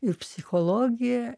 ir psichologija